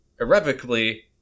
irrevocably